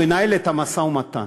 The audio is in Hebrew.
הוא ינהל את המשא-ומתן.